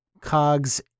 cogs